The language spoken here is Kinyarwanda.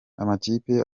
amakipe